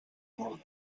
molt